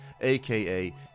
AKA